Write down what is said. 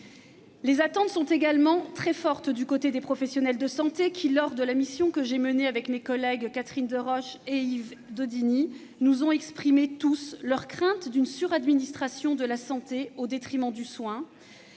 Les attentes sont également fortes du côté des professionnels de santé qui, lors de la mission que j'ai menée avec mes collègues Catherine Deroche et Yves Daudigny, nous ont fait part de leur crainte d'une suradministration de la santé au détriment du soin